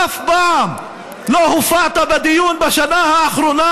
אף פעם לא הופעת בדיון בשנה האחרונה